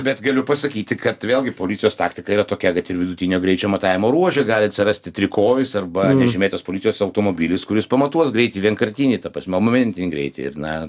bet galiu pasakyti kad vėlgi policijos taktika yra tokia kad ir vidutinio greičio matavimo ruože gali atsirasti trikojis arba nežymėtas policijos automobilis kuris pamatuos greitį vienkartinį ta prasme momentinį greitį ir na